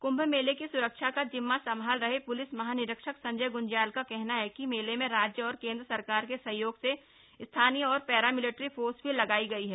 कृंभ मेले की सुरक्षा का जिम्मा संभाल रहे पुलिस महानिरीक्षक संजय गुंज्याल का कहना है की मेले में राज्य और केंद्र सरकार के सहयोग से स्थानीय और पैरामिलिट्टी फोर्स भी लगाई गई है